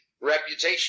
reputation